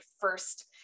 first